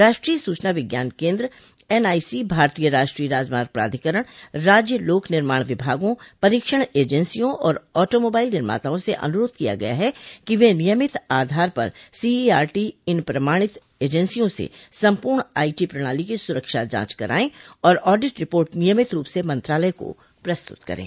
राष्ट्रीय सूचना विज्ञान केंद्र एनआईसी भारतीय राष्ट्रीय राजमार्ग प्राधिकरण राज्य लोक निर्माण विभागों परीक्षण एजसियों और ऑटोमोबाइल निर्माताओं से अनुरोध किया गया है कि वे नियमित आधार पर सीईआरटी इन प्रमाणित एजेंसियों से संपूर्ण आईटी प्रणाली की सुरक्षा जांच कराएं और ऑडिट रिपोर्ट नियमित रूप से मंत्रालय को प्रस्तुत करें